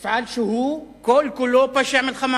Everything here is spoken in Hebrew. מפעל שהוא כל-כולו פשעי מלחמה.